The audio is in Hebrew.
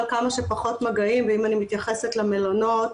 כמה שפחות מגעים ואם אני מתייחסת למלונות,